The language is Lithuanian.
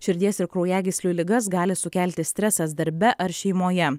širdies ir kraujagyslių ligas gali sukelti stresas darbe ar šeimoje